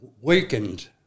weakened